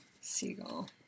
Seagull